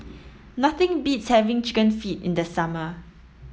nothing beats having chicken feet in the summer